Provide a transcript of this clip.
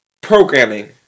programming